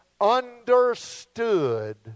understood